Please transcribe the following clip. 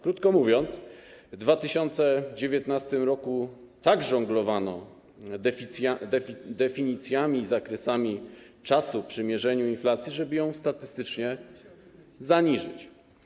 Krótko mówiąc, w 2019 r. tak żonglowano definicjami i zakresami czasu przy mierzeniu inflacji, żeby ją statystycznie zaniżyć.